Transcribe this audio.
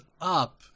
up